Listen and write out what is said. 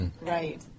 right